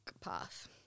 path